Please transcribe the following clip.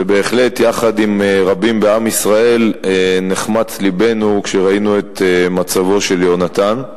ובהחלט יחד עם רבים בעם ישראל נחמץ לבנו כשראינו את מצבו של יונתן.